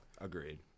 Agreed